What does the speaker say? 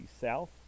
South